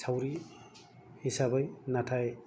सावरि हिसाबै नाथाय